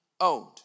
owned